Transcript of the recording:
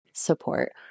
support